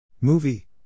Movie